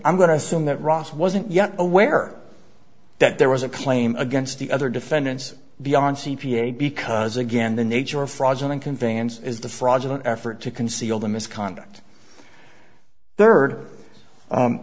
i'm going to assume that ross wasn't yet aware that there was a claim against the other defendants beyond c p a because again the nature of fraudulent conveyance is the fraudulent effort to conceal the misconduct third